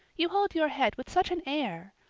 you hold your head with such an air.